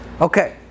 Okay